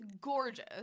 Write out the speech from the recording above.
gorgeous